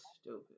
stupid